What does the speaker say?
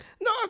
No